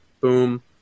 boom